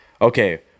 Okay